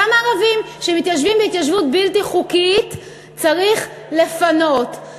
גם ערבים שמתיישבים בהתיישבות בלתי חוקית צריך לפנות,